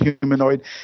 humanoid